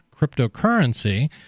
cryptocurrency